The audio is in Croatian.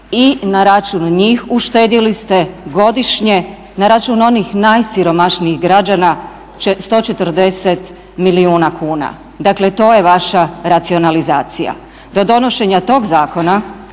i na račun njih uštedili ste godišnje na račun onih najsiromašnijih građana 140 milijuna kuna, dakle to je vaša racionalizacija. Do donošenja tog zakona